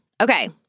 Okay